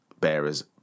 Bearers